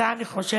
אתה, אני חושבת,